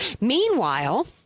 Meanwhile